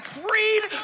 freed